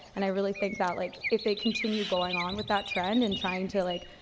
and i really think that, like, if they continue going on with that trend and trying to, like,